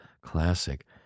classic